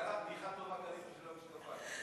הייתה לך בדיחה טובה, קנית בשבילה משקפיים.